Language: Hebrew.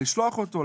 לשלוח אותו,